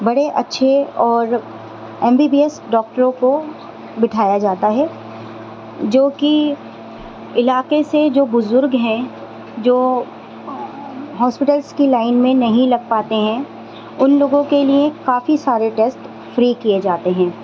بڑے اچھے اور ایم بی بی ایس ڈاکٹروں کو بٹھایا جاتا ہے جو کہ علاقے سے جو بزرگ ہیں جو ہاسپٹلس کی لائن میں نہیں لگ پاتے ہیں ان لوگوں کے لیے کافی سارے ٹسٹ فری کیے جاتے ہیں